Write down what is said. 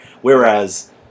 Whereas